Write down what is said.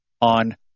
on